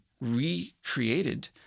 recreated